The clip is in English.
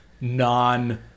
non